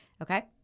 Okay